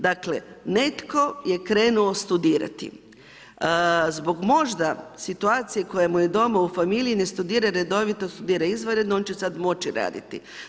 Dakle netko je krenuo studirati, zbog možda situacije koja mu je doma u familiji ne studira redovito, studira izvanredno on će sada moći raditi.